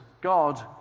God